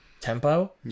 tempo